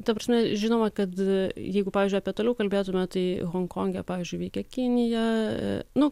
ta prasme žinoma kad jeigu pavyzdžiui apie toliau kalbėtume tai honkonge pavyzdžiui veikia kinija nu